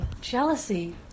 jealousy